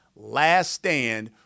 LASTSTAND